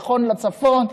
נכון לצפון,